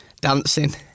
dancing